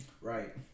Right